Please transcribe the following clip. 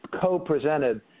co-presented